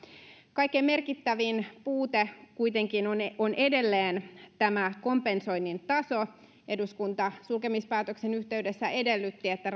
kaikkein merkittävin puute kuitenkin on edelleen kompensoinnin taso eduskunta sulkemispäätöksen yhteydessä edellytti että